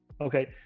Okay